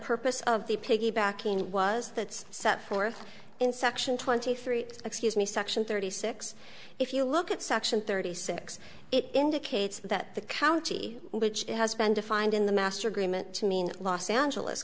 purpose of the piggybacking was that's set forth in section twenty three excuse me section thirty six if you look at section thirty six it indicates that the county which has been defined in the master agreement to mean los angeles